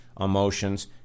emotions